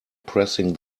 pressing